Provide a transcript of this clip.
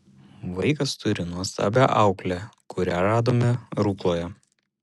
vaikas turi nuostabią auklę kurią radome rukloje